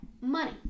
money